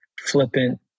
flippant